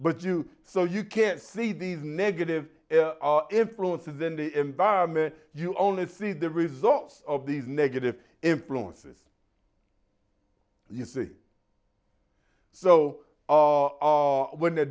but you so you can't see these negative influences in the environment you only see the results of these negative influences you see so when the